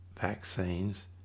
vaccines